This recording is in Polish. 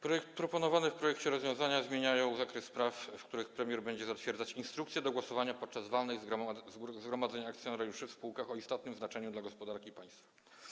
Proponowane w projekcie rozwiązania zmieniają zakres spraw, w których premier będzie zatwierdzać instrukcje do głosowania podczas walnych zgromadzeń akcjonariuszy w spółkach o istotnym znaczeniu dla gospodarki państwa.